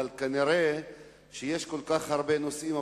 כנראה יש כל כך הרבה נושאים,